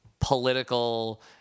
political